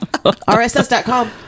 rss.com